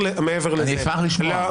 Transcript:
אני אשמח לשמוע.